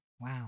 wow